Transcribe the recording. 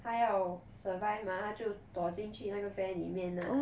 他要 survive mah 他就躲进去那个 van 里面 lah